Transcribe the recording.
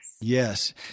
yes